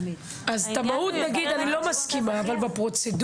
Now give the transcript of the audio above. אז את המהות נגיד אני לא מסכימה אבל בפרוצדורה,